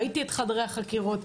ראיתי את חדרי החקירות.